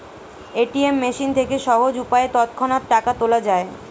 ATM machine থেকে সহজ উপায়ে তৎক্ষণাৎ টাকা তোলা যায়